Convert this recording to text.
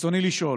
רצוני לשאול: